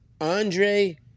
Andre